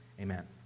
amen